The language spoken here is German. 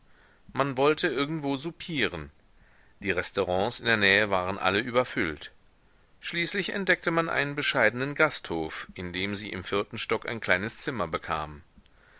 man wollte irgendwo soupieren die restaurants in der nähe waren alle überfüllt schließlich entdeckte man einen bescheidenen gasthof in dem sie im vierten stock ein kleines zimmer bekamen